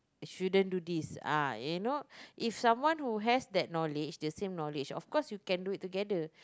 shouldn't do this ah you know if someone who has that knowledge the same knowledge of course you can do it together